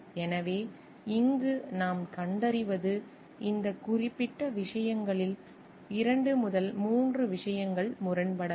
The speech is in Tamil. எனவே இங்கு நாம் கண்டறிவது இந்த குறிப்பிட்ட விஷயங்களில் 2 3 விஷயங்கள் முரண்படலாம்